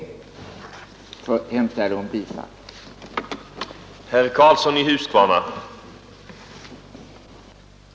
Jag hemställer om bifall till detta yrkande.